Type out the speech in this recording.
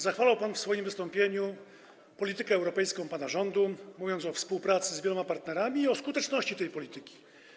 Zachwalał pan w swoim wystąpieniu politykę europejską pana rządu, mówiąc o współpracy z wieloma partnerami i o skuteczności tej polityki.